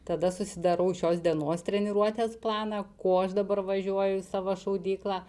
tada susidarau šios dienos treniruotės planą kuo aš dabar važiuoju į savo šaudyklą